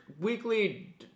weekly